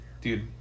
dude